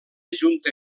junta